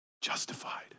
justified